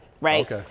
right